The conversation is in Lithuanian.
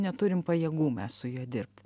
neturim pajėgų mes su juo dirbt